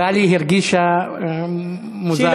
טלי הרגישה מוזר.